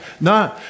no